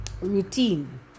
routine